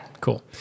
cool